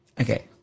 Okay